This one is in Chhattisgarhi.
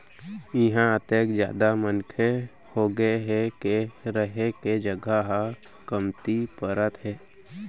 इहां अतेक जादा मनखे होगे हे के रहें के जघा ह कमती परत हे